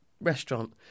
restaurant